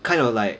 kind of like